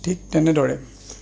ঠিক তেনেদৰে